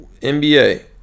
NBA